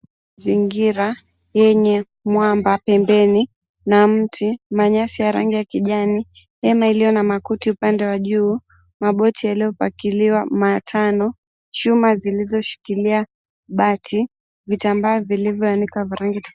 Mazingira yenye mwamba pembeni na mti, manyasi ya rangi ya kijani ,hema iliyo na makuti upande wa juu,[maboti] yaliyopakiliwa matano, chuma zilizoshikilia bati. Vitambaa vilivoanikwa vya rangi tofauti.